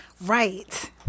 Right